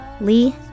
Lee